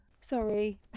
Sorry